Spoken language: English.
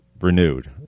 renewed